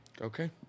Okay